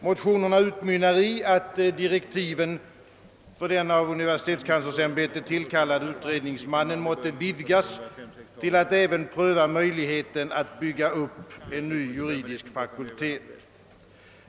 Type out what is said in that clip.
Motionerna utmynnar i att »direktiven för den av universitetskanslersämbetet tillkallade utredningsmannen ——— må vidgas till att även pröva möjligheten att bygga upp en ny juridisk fakultet».